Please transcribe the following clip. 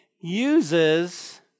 uses